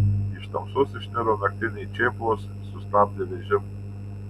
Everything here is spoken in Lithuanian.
iš tamsos išniro naktiniai čėplos sustabdė vežimą